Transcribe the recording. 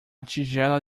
tigela